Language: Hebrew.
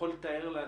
אם זה בקריית שמונה,